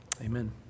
amen